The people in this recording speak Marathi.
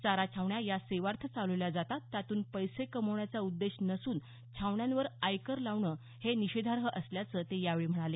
चारा छावण्या या सेवार्थ चालवल्या जातात त्यातून पैसे कमवण्याचा उद्देश नसून छावण्यांवर आयकर लावणं निषेधार्ह असल्याचं ते यावेळी म्हणाले